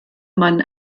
man